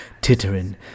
tittering